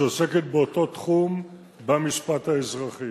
שעוסקת באותו תחום במשפט האזרחי.